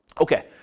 Okay